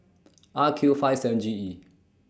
R Q five seven G E